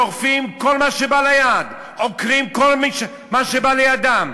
שורפים כל מה שבא ליד, עוקרים כל מה שבא לידם.